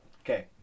okay